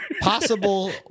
possible